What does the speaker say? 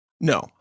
No